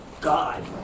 God